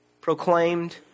proclaimed